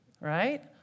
right